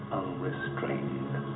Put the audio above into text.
unrestrained